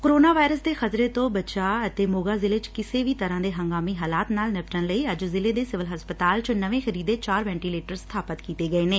corona virus ਦੇ ਖਤਰੇ ਤੋਂ ਬਚਾਅ ਅਤੇ ਮੋਗਾ ਜ਼ਿਲ੍ਹੇ ਚ ਕਿਸੇ ਵੀ ਤਰੂਾ ਦੇ ਹੰਗਾਮੀ ਹਾਲਾਤ ਨਾਲ ਨਿੱਪੱਟਣ ਲਈ ਅੱਜ ਜ਼ਿਲੇ ਦੇ ਸਿਵਲ ਹਸਪਤਾਲ ਚ ਨਵੇ ਖਰੀਦੇ ਚਾਰ ਵੈਟੀਲੇਟਰ ਸਬਾਪਿਤ ਕੀਤੇ ਗਏ ਨੇ